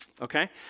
Okay